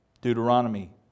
Deuteronomy